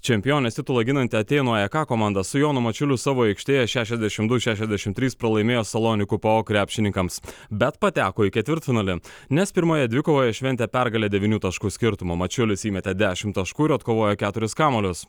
čempionės titulą ginanti atėnų aeka komanda su jonu mačiuliu savo aikštėje šešiasdešim du šešiasdešim trys pralaimėjo salonikų paok krepšininkams bet pateko į ketvirtfinalį nes pirmoje dvikovoje šventė pergalę devynių taškų skirtumu mačiulis įmetė dešim taškų ir atkovojo keturis kamuolius